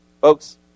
Folks